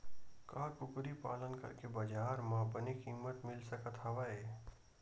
का कुकरी पालन करके बजार म बने किमत मिल सकत हवय?